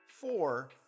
Four